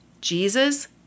Jesus